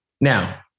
Now